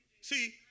See